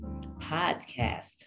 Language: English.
Podcast